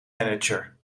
manager